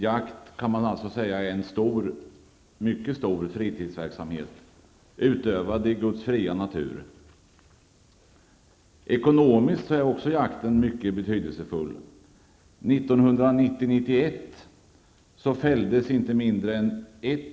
Jakt är alltså en mycket stor fritidsverksamhet utövad i Guds fria natur. Ocskå ekonomiskt är jakten mycket betydelsefull. Sverige.